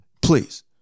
Please